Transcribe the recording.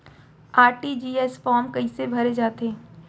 RTGS form कइसे भरे जाथे?